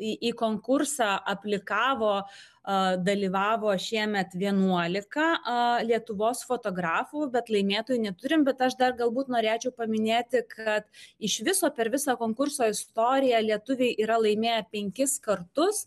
į konkursą aplikavo a dalyvavo šiemet vienuolika lietuvos fotografų bet laimėtojų neturime bet aš dar galbūt norėčiau paminėti kad iš viso per visą konkurso istoriją lietuviai yra laimėję penkis kartus